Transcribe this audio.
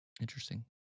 Interesting